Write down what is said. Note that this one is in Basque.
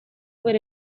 bere